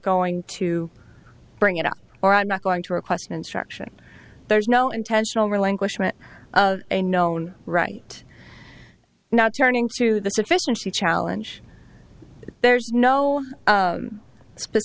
going to bring it up or i'm not going to request an instruction there's no intentional relinquishment of a known right now turning to the sufficiency challenge there's no